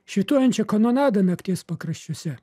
švytuojančią kanonadą nakties pakraščiuose